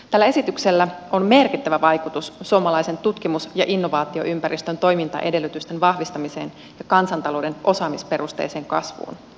tällä esityksellä on merkittävä vaikutus suomalaisen tutkimus ja innovaatioympäristön toimintaedellytysten vahvistamiseen ja kansantalouden osaamisperusteiseen kasvuun